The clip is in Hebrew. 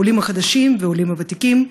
העולים החדשים והעולים הוותיקים.